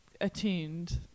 attuned